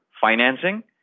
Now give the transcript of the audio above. financing